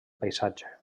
paisatge